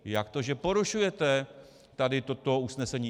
Jak to, že porušujete toto usnesení?